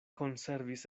konservis